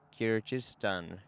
Kyrgyzstan